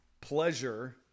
pleasure